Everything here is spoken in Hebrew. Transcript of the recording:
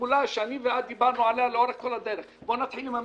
הפעולה שאני ואת לאורך כל הדרך בואו נתחיל עם המשטחים,